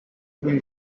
been